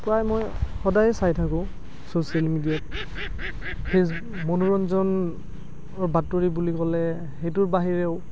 প্ৰায় মই সদায়ে চাই থাকোঁ চ'চিয়েল মিডিয়াত ফেচ মনোৰঞ্জনৰ বাতৰি বুলি ক'লে সেইটোৰ বাহিৰেও